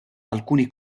alcuni